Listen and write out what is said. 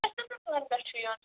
چھُ یُن